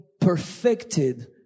perfected